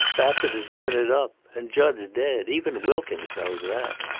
bassett has given it up. and jud's dead. even wilkins knows that.